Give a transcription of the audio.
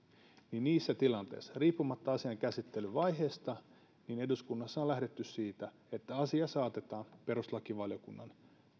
niin niissä tilanteissa riippumatta asian käsittelyvaiheesta eduskunnassa on lähdetty siitä että asia saatetaan perustuslakivaliokunnan